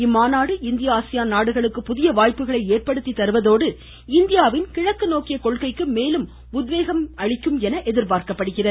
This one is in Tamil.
இம்மாநாடு இந்திய ஆசியான் நாடுகளுக்கு புதிய வாய்ப்புகளை ஏற்படுத்தி தருவதோடு இந்தியாவின் கிழக்கு நோக்கிய கொள்கைக்கு மேலும் உத்வேகம் ஏற்படுத்தும் என எதிர்பார்க்கப்படுகிறது